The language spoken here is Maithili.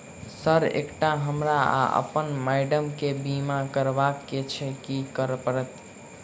सर एकटा हमरा आ अप्पन माइडम केँ बीमा करबाक केँ छैय की करऽ परतै?